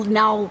now